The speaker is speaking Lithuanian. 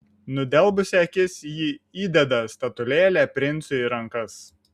nudelbusi akis ji įdeda statulėlę princui į rankas